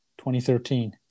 2013